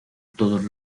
todos